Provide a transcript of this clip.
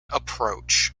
approach